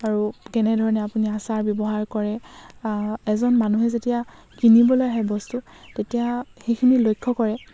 আৰু কেনেধৰণে আপুনি আচাৰ ব্যৱহাৰ কৰে এজন মানুহে যেতিয়া কিনিবলৈ আহে বস্তু তেতিয়া সেইখিনি লক্ষ্য কৰে